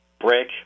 brick